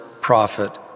prophet